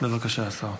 בבקשה, השר.